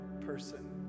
person